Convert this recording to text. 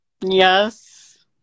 Yes